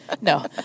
No